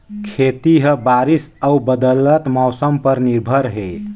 खेती ह बारिश अऊ बदलत मौसम पर निर्भर हे